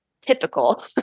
typical